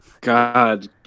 God